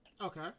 Okay